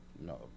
no